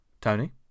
Tony